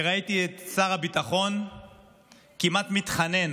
וראיתי את שר הביטחון כמעט מתחנן